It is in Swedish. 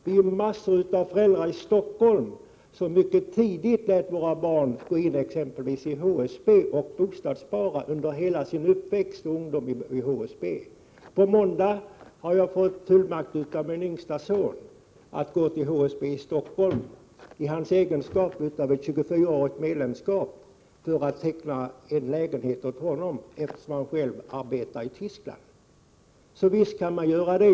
Vi är massor av föräldrar i Stockholm som mycket tidigt lät våra barn gå in i exempelvis HSB och bostadsspara där under hela sin uppväxt och ungdom. På måndag skall jag ta med mig en fullmakt som jag har fått av min yngsta son och gå upp till HSB i Stockholm för att teckna en lägenhet åt honom som han har fått i kraft av ett 24-årigt medlemskap. Det skall jag göra eftersom han själv arbetar i Tyskland.